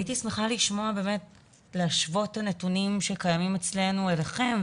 הייתי שמחה להשוות את הנתונים שקיימים אצלנו לשלכם,